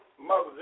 Mother